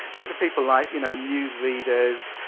these are people like, you know, news readers,